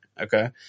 Okay